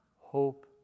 Hope